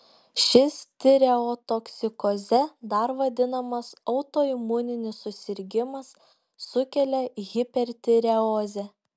šis tireotoksikoze dar vadinamas autoimuninis susirgimas sukelia hipertireozę